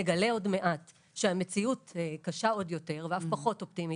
אם נגלה עוד מעט שהמציאות קשה עוד יותר ואף פחות אופטימית,